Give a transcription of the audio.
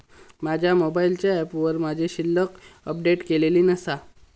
माझ्या मोबाईलच्या ऍपवर माझी शिल्लक अपडेट केलेली नसा